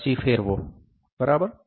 પછી ફેરવો બરાબર